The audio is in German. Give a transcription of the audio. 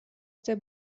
der